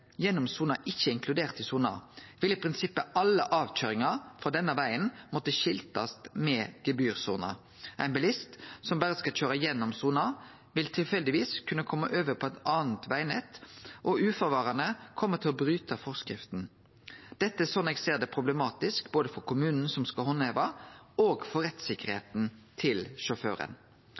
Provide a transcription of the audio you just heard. gjennom sona ikkje er inkludert i sona, vil i prinsippet alle avkøyringar frå denne vegen måtte skiltast med gebyrsone. Ein bilist som berre skal køyre gjennom sona, vil tilfeldigvis kunne kome over på eit anna vegnett og uforvarande kome til å bryte forskrifta. Dette er, sånn eg ser det, problematisk, både for kommunen som skal handheve, og for rettssikkerheita til sjåføren.